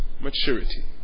maturity